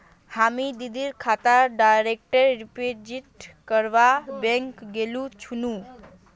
हामी दीदीर खातात डायरेक्ट डिपॉजिट करवा बैंक गेल छिनु